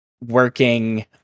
working